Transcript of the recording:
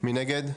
1 נגד,